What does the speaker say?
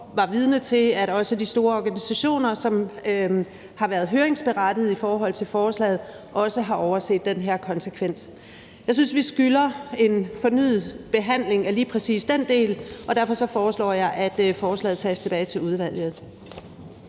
går var vidne til, at også de store organisationer, som har været høringsberettigede i forhold til forslaget, har overset den her konsekvens. Jeg synes, vi skylder en fornyet behandling af lige præcis den del, og derfor foreslår jeg, at forslaget tages tilbage til udvalget.